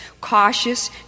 Cautious